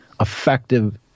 effective